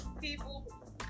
people